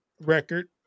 record